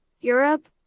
Europe